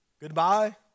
goodbye